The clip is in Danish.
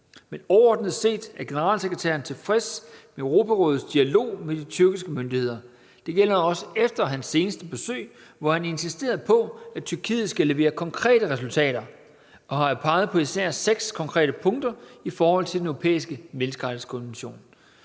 Men overordnet set er generalsekretæren tilfreds med Europarådets dialog med de tyrkiske myndigheder. Det gælder også efter hans seneste besøg, hvor han insisterede på, at Tyrkiet skal levere konkrete resultater, og har peget på især seks konkrete punkter i forhold til den europæiske menneskerettighedskonvention.